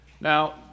Now